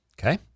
Okay